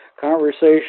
conversation